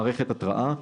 מערכת התרעה),